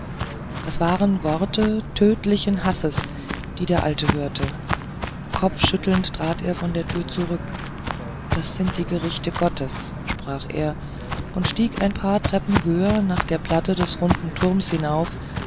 es waren worte tödlichen hasses die der alte hörte kopfschüttelnd trat er von der tür zurück das sind die gerichte gottes sprach er und stieg ein paar treppen höher nach der platte des runden turmes hinauf